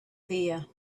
there